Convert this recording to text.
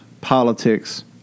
politics